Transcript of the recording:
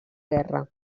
guerra